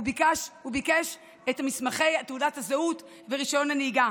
הוא ביקש את מסמכי תעודת הזהות ורישיון הנהיגה,